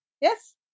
Yes